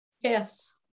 Yes